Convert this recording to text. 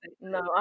no